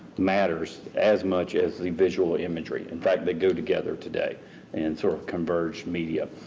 matters as much as the visual imagery. in fact, they go together today and sort of converge media.